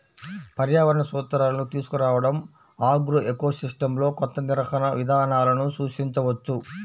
పర్యావరణ సూత్రాలను తీసుకురావడంఆగ్రోఎకోసిస్టమ్లోకొత్త నిర్వహణ విధానాలను సూచించవచ్చు